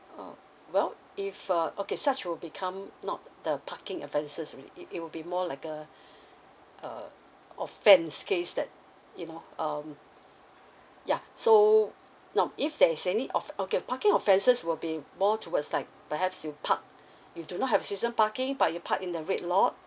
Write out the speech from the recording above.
oh well if uh okay such will become not the parking offences already it will be more like uh uh offence case that you know um yeah so now if there's any offer okay parking offences will be more towards like perhaps you park you do not have season parking but you park in the red lot